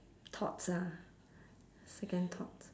thoughts ah second thoughts